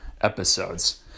episodes